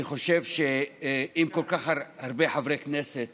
אני חושב שאם כל כך הרבה חברי כנסת